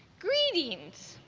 greetings.